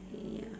ya